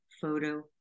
Photo